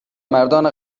مردان